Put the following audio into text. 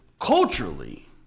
culturally